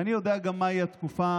ואני יודע גם מהי התקופה